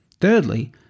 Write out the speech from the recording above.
Thirdly